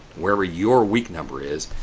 wherever your week number is,